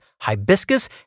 hibiscus